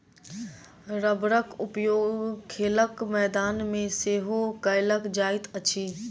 रबड़क उपयोग खेलक मैदान मे सेहो कयल जाइत अछि